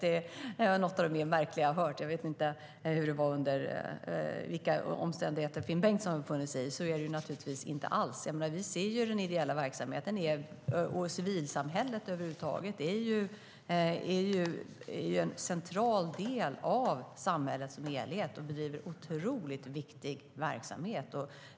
Det är något av det mer märkliga jag har hört - jag vet inte vilka omständigheter Finn Bengtsson befunnit sig i - för så är det naturligtvis inte alls. Den ideella verksamheten och civilsamhället över huvud taget är en central del av samhället som helhet och bedriver en otroligt viktig verksamhet.